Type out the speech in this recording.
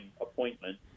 appointment